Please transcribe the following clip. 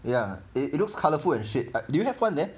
ya it it looks colourful and shit do you have one there